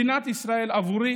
מדינת ישראל עבורי